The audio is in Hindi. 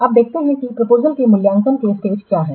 अब देखते हैं कि प्रपोजलसके मूल्यांकन के स्टेज क्या हैं